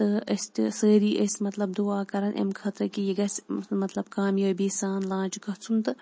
تہٕ أسۍ تہِ سٲری أسۍ مطلب دُعا کَران اَمہِ خٲطرٕ کہِ یہِ گَژھِ مطلب کامیٲبی سان لانٛچ گَژھُن تہٕ